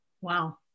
Wow